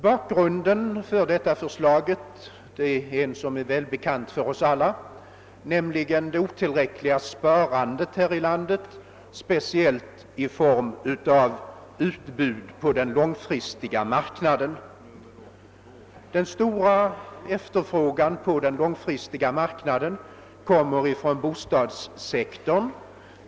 Bakgrunden = till detta förslag är välbekant för oss alla, nämligen det otillräckliga sparandet här i landet, speciellt i form av utbud på den långfristiga marknaden. Den stora efterfrågan på den långfristiga marknaden kommer från bostadssektorn.